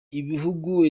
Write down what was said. ibihugu